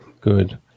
Good